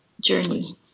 journey